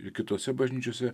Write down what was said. ir kitose bažnyčiose